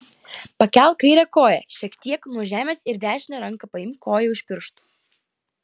pakelk kairę koją šiek tiek nuo žemės ir dešine ranka paimk koją už pirštų